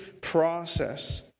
process